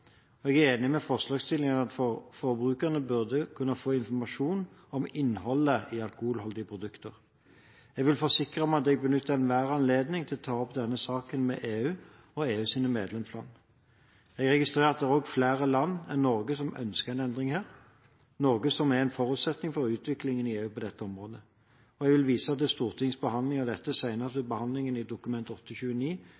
terreng. Jeg er enig med forslagsstillerne i at forbrukerne burde kunne få informasjon om innholdet i alkoholholdige produkter. Jeg vil forsikre om at jeg benytter enhver anledning til å ta opp denne saken med EU og EUs medlemsland. Jeg registrerer at det også er flere land enn Norge som ønsker en endring her, noe som er en forutsetning for utviklingen i EU på dette området. Jeg vil vise til Stortingets behandling av dette, senest ved behandlingen i Dokument